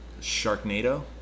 Sharknado